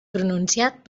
pronunciat